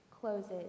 closes